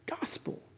gospel